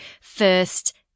first